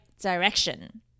direction